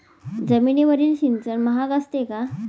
जमिनीवरील सिंचन महाग असते का?